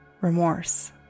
remorse